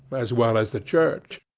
as well as the church.